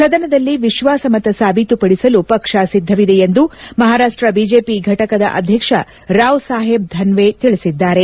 ಸದನದಲ್ಲಿ ವಿಶ್ವಾಸಮತ ಸಾಬೀತುಪಡಿಸಲು ಪಕ್ಷ ಸಿದ್ದವಿದೆ ಎಂದು ಮಹಾರಾಷ್ಷ ಬಿಜೆಪಿ ಘಟಕದ ಅಧ್ಯಕ್ಷ ರಾವ್ ಸಾಹೇಬ್ ದನ್ವೆ ತಿಳಿಸಿದ್ದಾರೆ